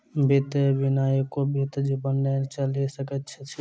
वित्त बिना एको बीत जीवन नै चलि सकैत अछि